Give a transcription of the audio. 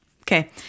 Okay